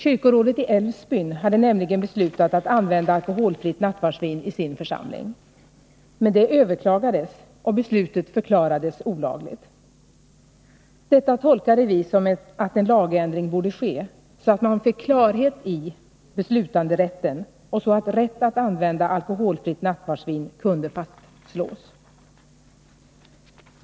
Kyrkorådet i Älvsbyn hade nämligen beslutat att använda alkoholfritt nattvardsvin i sin församling. Men detta överklagades och beslutet förklarades olagligt. Detta tolkade vi som att en lagändring borde ske, så att man fick klarhet i beslutanderätten och så att rätten att använda alkoholfritt nattvardsvin kunde fastslås.